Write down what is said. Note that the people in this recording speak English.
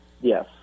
Yes